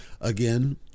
again